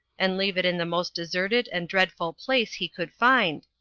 and leave it in the most deserted and dreadful place he could find,